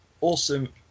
Awesome